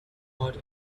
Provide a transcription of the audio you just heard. hot